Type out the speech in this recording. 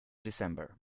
december